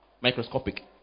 microscopic